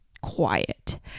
quiet